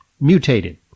mutated